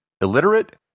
illiterate